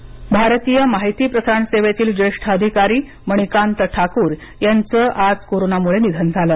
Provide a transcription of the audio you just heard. निधन भारतीय माहिती प्रसारण सेवेतील ज्येष्ठ अधिकारी मणिकांत ठाकूर यांच आज कोरोंनामुळे निधन झाल